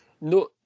no